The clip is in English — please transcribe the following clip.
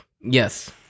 Yes